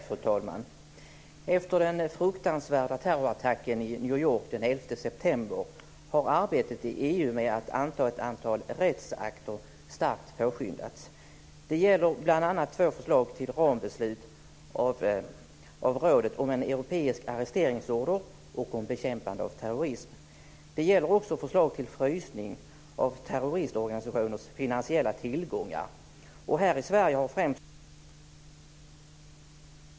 Fru talman! Efter den fruktansvärda terrorattacken i New York den 11 september har arbetet i EU med att anta ett antal rättsakter starkt påskyndats. Det gäller bl.a. två förslag till rambeslut av rådet om en europeisk arresteringsorder och om bekämpande av terrorism. Det gäller också förslag till frysning av terroristorganisationers finansiella tillgångar. Här i Sverige har främst somaliska organisationer utpekats.